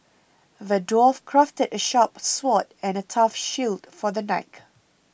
the dwarf crafted a sharp sword and a tough shield for the knight